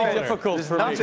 difficult